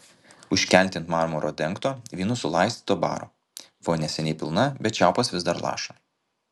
užkelti ant marmuru dengto vynu sulaistyto baro vonia seniai pilna bet čiaupas vis dar laša